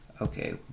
Okay